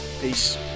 Peace